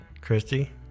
christy